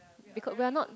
because we are not